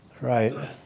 Right